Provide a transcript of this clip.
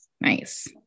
Nice